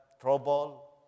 trouble